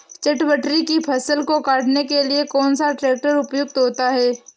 चटवटरी की फसल को काटने के लिए कौन सा ट्रैक्टर उपयुक्त होता है?